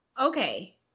okay